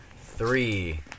three